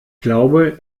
glaube